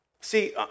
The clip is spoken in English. See